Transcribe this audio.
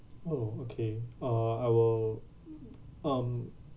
oh okay uh I will um